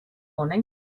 morning